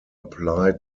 apply